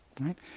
Right